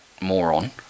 moron